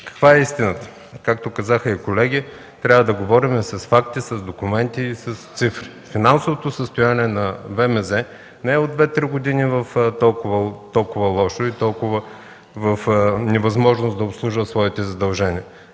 Каква е истината? Както казаха и колегите, трябва да говорим с факти, с документи и с цифри. Финансовото състояние на ВМЗ не е толкова лошо от две-три години, в невъзможност да обслужват своите задължения.